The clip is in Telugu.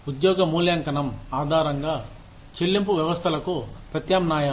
ఉద్యోగ మూల్యాంకనం ఆధారంగా చెల్లింపు వ్యవస్థలకు ప్రత్యామ్నాయాలు